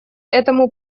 этому